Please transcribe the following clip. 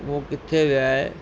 उहो किथे वियो आहे